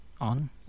on